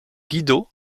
guido